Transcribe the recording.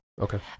Okay